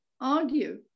argue